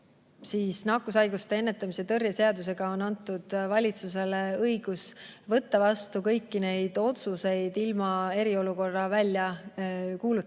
siis nakkushaiguste ennetamise ja tõrje seadusega on valitsusele antud õigus võtta vastu kõiki neid otsuseid ilma eriolukorda välja kuulutamata.